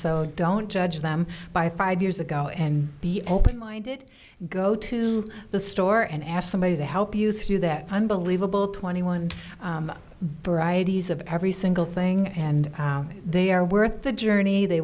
so don't judge them by five years ago and be open minded go to the store and asked somebody to help you through that unbelievable twenty one varieties of every single thing and they are worth the journey they